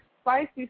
Spicy